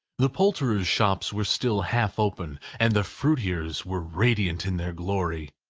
the poulterers' shops were still half open, and the fruiterers' were radiant in their glory.